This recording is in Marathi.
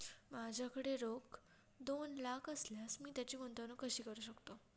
माझ्याकडे रोख दोन लाख असल्यास मी त्याची गुंतवणूक कशी करू शकतो?